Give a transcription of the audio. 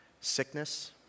sickness